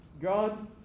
God